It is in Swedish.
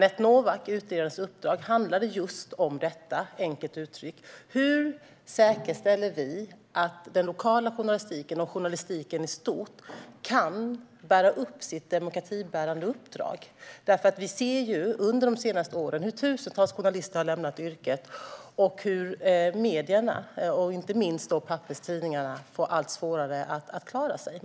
Utredaren Annette Novaks uppdrag handlade, enkelt uttryckt, just om detta: Hur säkerställer vi att den lokala journalistiken och journalistiken i stort kan bära upp sitt demokratibärande uppdrag? Vi har under de senaste åren sett hur tusentals journalister har lämnat yrket och hur medierna, inte minst papperstidningarna, får allt svårare att klara sig.